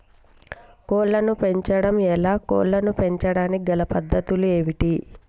కోళ్లను పెంచడం ఎలా, కోళ్లను పెంచడానికి గల పద్ధతులు ఏంటివి?